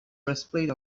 breastplate